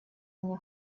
меня